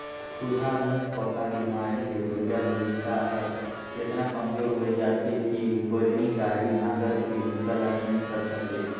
खुरहा मुहंपका बेमारी ले बइला भइसा हर एतना कमजोर होय जाथे कि बजनी गाड़ी, नांगर के बूता ल नइ करे सके